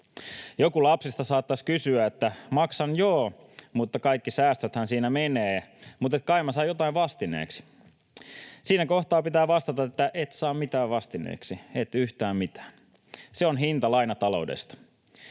Joku lapsista saattaisi kysyä: ”Maksan joo, mutta kaikki säästöthän siinä menee, kai mä saan jotain vastineeksi?” Siinä kohtaa pitää vastata, että et saa mitään vastineeksi, et yhtään mitään. Se on hinta lainataloudesta.